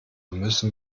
müssen